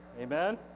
Amen